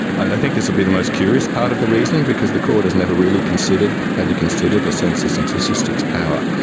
i think this will be the most curious part of the reasoning because the court has never really had to consider the census and statistics power.